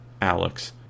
Alex